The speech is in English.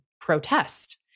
protest